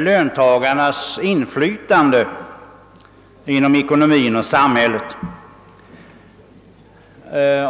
löntagarnas inflytande inom ekonomin och samhället.